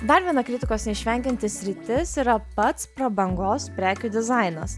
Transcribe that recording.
dar viena kritikos neišvengianti sritis yra pats prabangos prekių dizainas